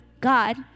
God